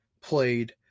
played